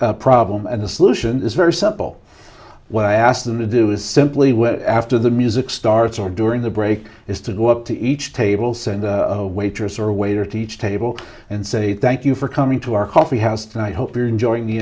problem and a solution very simple what i asked them to do is simply well after the music starts or during the break is to go up to each table send a waitress or waiter to each table and say thank you for coming to our coffee house tonight hope you're enjoying the